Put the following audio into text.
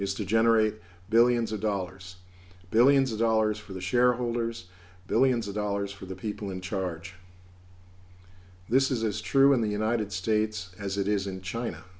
to generate billions of dollars billions of dollars for the shareholders billions of dollars for the people in charge this is as true in the united states as it is in china